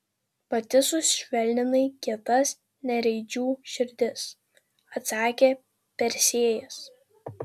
pati sušvelninai kietas nereidžių širdis atsakė persėjas